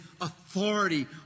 authority